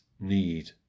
need